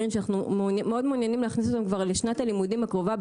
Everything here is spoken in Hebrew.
שאנחנו מאוד מעוניינים להכניס אותם כבר לשנת הלימודים הקרובה,